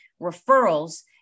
referrals